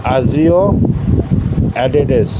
Ajio Adidas